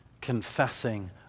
confessing